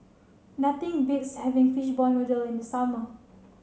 nothing beats having fishball noodle in the summer